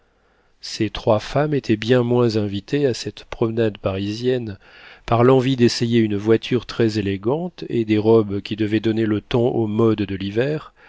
ces trois femmes étaient bien moins invitées à cette promenade parisienne par l'envie d'essayer une voiture très élégante et des robes qui devaient donner le ton aux modes de l'hiver